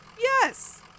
Yes